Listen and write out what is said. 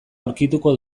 aurkituko